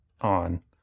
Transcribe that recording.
on